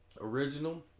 Original